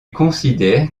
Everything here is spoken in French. considère